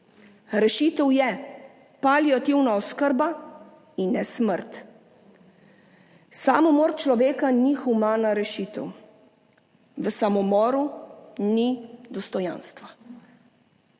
Rešitev je paliativna oskrba in ne smrt. Samomor človeka ni humana rešitev, v samomoru ni dostojanstva.